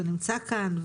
שנמצא כאן,